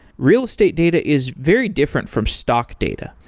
real estate data is very different from stock data.